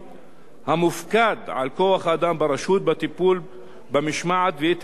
המופקד על כוח-אדם ברשות בטיפול במשמעת ואת